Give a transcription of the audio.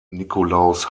nikolaus